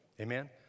Amen